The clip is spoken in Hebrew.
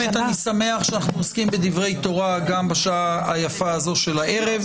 אני שמח שאנחנו עוסקים בדברי תורה גם בשעה היפה הזאת של הערב.